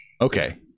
Okay